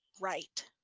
right